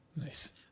Nice